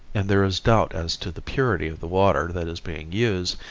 and there is doubt as to the purity of the water that is being used,